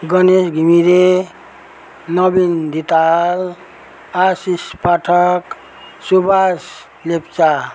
Ganesh Ghimire Naveen Dhital Ashish Pathak Subhas Lepcha